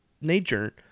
nature